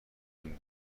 این